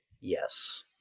yes